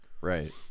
Right